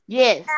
yes